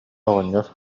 оҕонньор